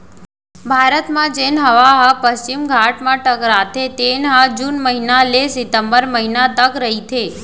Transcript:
भारत म जेन हवा ह पस्चिम घाट म टकराथे तेन ह जून महिना ले सितंबर महिना तक रहिथे